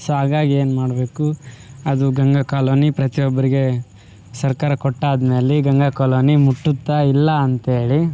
so ಹಾಗಾಗಿ ಏನ್ಮಾಡಬೇಕು ಅದು ಗಂಗಾ ಕಾಲೋನಿ ಪ್ರತಿಯೊಬ್ಬರಿಗೆ ಸರ್ಕಾರ ಕೊಟ್ಟಾದ್ಮೇಲೆ ಗಂಗಾ ಕಾಲೋನಿ ಮುಟ್ಟುತ್ತ ಇಲ್ಲಾಂತೇಳಿ